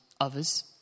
others